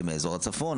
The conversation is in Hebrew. זה מאזור הצפון,